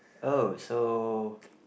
oh so